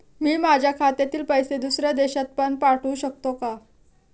मी माझ्या खात्यातील पैसे दुसऱ्या देशात पण पाठवू शकतो का?